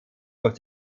durch